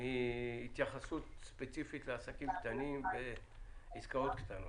מהתייחסות ספציפית לעסקים קטנים ולעסקאות קטנות.